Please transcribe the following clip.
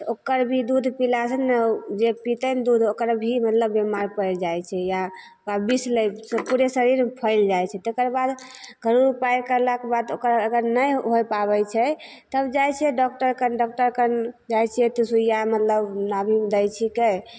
तऽ ओकर भी दूध पिलासे ने जे पितै ने दूध ओकर भी मतलब बेमार पड़ि जाइ छै या ओकरा बिख लै पूरे शरीरमे फैलि जाइ छै तकर बाद कोनो उपाय करलाके बाद ओकर अगर नहि होइ पाबै छै तब जाइ छै डाकटरकन डाकटरकन जाइ छिए तऽ सुइआ मतलब नाभीमे दै छिकै